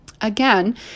Again